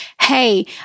Hey